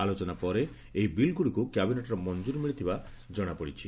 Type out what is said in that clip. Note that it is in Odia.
ଆଲୋଚନା ପରେ ଏହି ବିଲ୍ଗୁଡ଼ିକୁ କ୍ୟାବିନେଟ୍ର ମଞ୍ଚୁରୀ ମିଳିଥିବା ଜଣାପଡ଼ିଛି